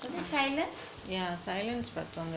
was it silence